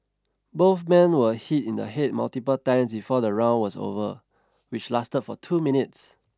both men were hit in the head multiple times before the round was over which lasted for two minutes